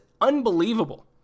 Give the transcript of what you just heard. unbelievable